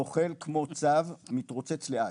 זוחל כמו צב, מתרוצץ לאט.